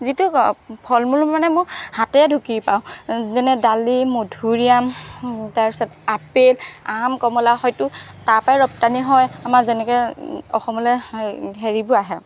যিটো ফল মূল মানে মই হাতেৰে ঢুকি পাওঁ যেনে ডালিম মধুৰিআম তাৰপিছত আপেল আম কমলা হয়তো তাৰপৰাই ৰপ্তানি হয় আমাৰ যেনেকৈ অসমলৈ হেৰি হেৰিবোৰ আহে